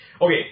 Okay